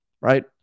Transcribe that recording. Right